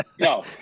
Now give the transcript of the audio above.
no